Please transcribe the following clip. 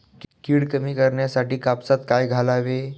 कीड कमी करण्यासाठी कापसात काय घालावे?